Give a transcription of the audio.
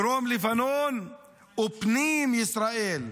דרום לבנון ופנים ישראל.